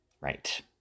right